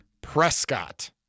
Prescott